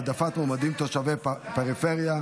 העדפת מועמדים תושבי פריפריה),